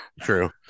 True